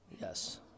Yes